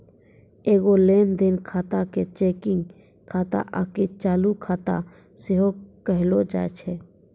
एगो लेन देन खाता के चेकिंग खाता आकि चालू खाता सेहो कहलो जाय छै